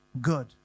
good